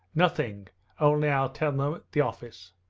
nothing only i'll tell them at the office